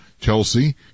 Chelsea